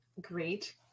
great